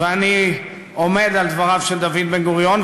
ואני עומד על דבריו של דוד בן-גוריון,